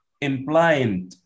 implied